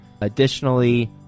Additionally